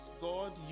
God